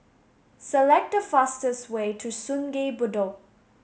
select the fastest way to Sungei Bedok